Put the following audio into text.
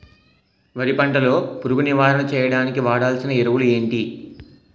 వరి పంట లో పురుగు నివారణ చేయడానికి వాడాల్సిన ఎరువులు ఏంటి?